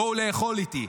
בואו לאכול איתי,